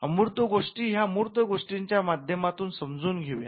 अर्मूत गोष्टी ह्या मूर्त गोष्टींच्या माध्यमातून समजून घेऊया